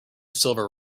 silver